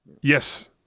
Yes